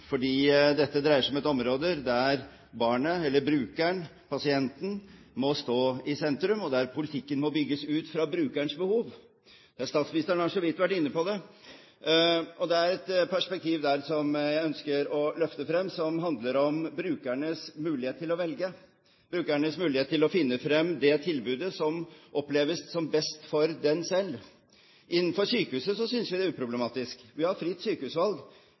fordi dette dreier seg om et område der barnet, brukeren eller pasienten må stå i sentrum, og der politikken må bygges ut fra brukerens behov. Statsministeren har så vidt vært inne på det, og det er et perspektiv der som jeg ønsker å løfte frem som handler om brukernes mulighet til å velge, brukernes mulighet til å finne frem det tilbudet som oppleves som best for dem selv. Innenfor sykehusene synes vi det er uproblematisk. Vi har fritt sykehusvalg